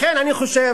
לכן אני חושב,